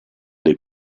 dei